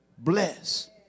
Bless